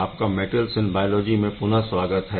आपका metals in biology में पुनः स्वागत है